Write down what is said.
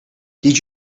did